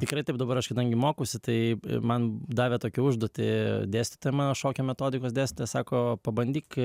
tikrai taip dabar aš kadangi mokausi taip man davė tokią užduotį dėstytoja mano šokio metodikos dėstytojas sako pabandyk